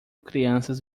crianças